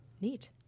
Neat